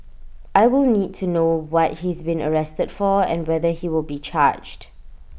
I will need to know what he's been arrested for and whether he will be charged